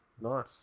Nice